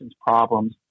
problems